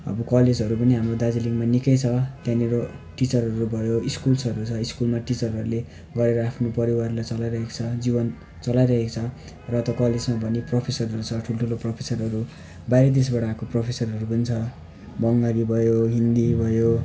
अब कलेजहरू पनि हाम्रो दार्जिलिङमा निकै छ त्यहाँनिर टिचर्सहरू भयो स्कुल्सहरू छ स्कुलमा टिचरहरूले गरेर आफ्नो परिवारलाई चलाइरहेको छ जीवन चलाइरहेको छ र त्यो कलेजमा भने प्रोफेसरहरू छ ठुल्ठुलो प्रोफेसरहरू बाहिर देशबाट आएको प्रोफेसरहरू पनि छ बङ्गाली भयो हिन्दी भयो